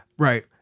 Right